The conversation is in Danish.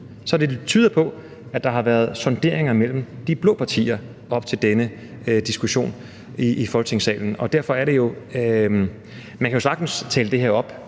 Så det tyder på, at der har været sonderinger mellem de blå partier op til denne diskussion i Folketingssalen. Man kan jo sagtens tale det her op,